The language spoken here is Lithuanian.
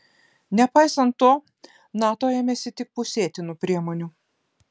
nepaisant to nato ėmėsi tik pusėtinų priemonių